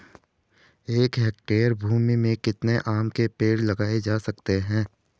एक हेक्टेयर भूमि में कितने आम के पेड़ लगाए जा सकते हैं?